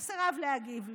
הוא סירב להגיב לי.